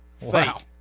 Wow